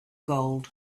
gold